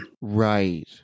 Right